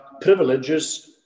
privileges